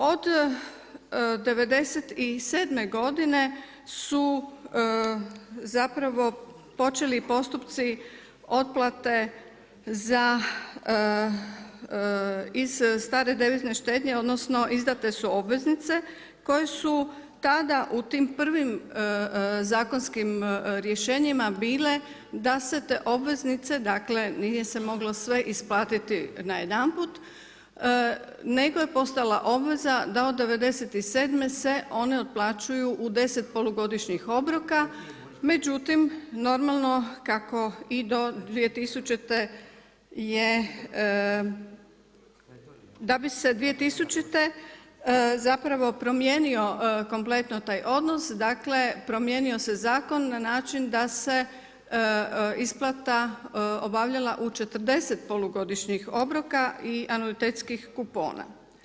Od 97' godine, su zapravo počeli postupci otplate za, iz stare devizne štednje, odnosno izdate su obveznice koje su tada u tim prvim zakonskim rješenjima bile, da se obveznice, dakle nije se moglo sve isplatiti najedanput, nego je postojala obveza da od 97' se one otplaćuju u 10 polugodišnjih obroka, međutim, normalno, kako i do 2000. je, da bi se 2000. zapravo promijenio kompletno taj odnos, promijenio se zakon na način da se isplata obavljala u 40 polugodišnjih obroka i anuitetskih kupona.